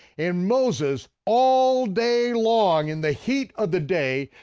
and moses all day long, in the heat of the day,